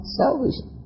salvation